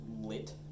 lit